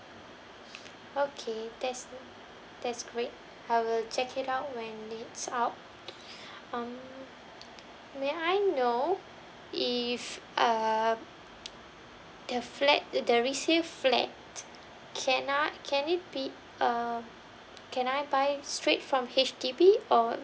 okay that's that's great I will check it out when it's out um may I know if uh the flat th~ the resale flat can I can it be uh can I buy it straight from H_D_B or